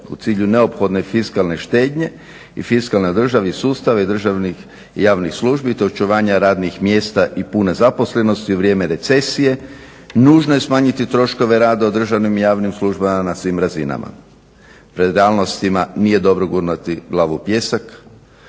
u cilju neophodne fiskalne štednje i fiskalni državni sustav i državnih javnih službi te očuvanja radnih mjesta i pune zaposlenosti u vrijeme recesije nužno je smanjiti troškove rada u državnim i javnim službama na svim razinama". Pred realnostima nije dobro gurnuti glavu u pijesak,